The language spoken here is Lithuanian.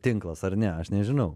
tinklas ar ne aš nežinau